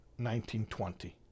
1920